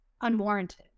unwarranted